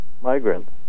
Migrants